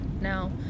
now